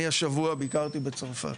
אני השבוע ביקרתי בצרפת,